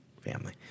family